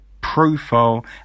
profile